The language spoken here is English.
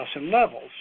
levels